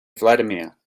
vladimir